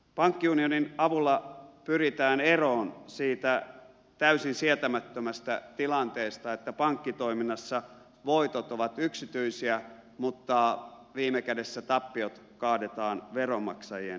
pankkiunionin avulla pyritään eroon siitä täysin sietämättömästä tilanteesta että pankkitoiminnassa voitot ovat yksityisiä mutta viime kädessä tappiot kaadetaan veronmaksajien niskaan